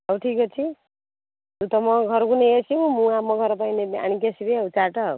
ହଉ ଠିକ୍ ଅଛି ତୁ ତମ ଘରକୁ ନେଇଆସିବୁ ମୁଁ ଆମ ଘର ପାଇଁ ନେବି ଆଣିକି ଆସିବି ଆଉ ଚାଟ ଆଉ